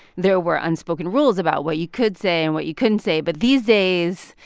there were unspoken rules about what you could say and what you couldn't say. but these days,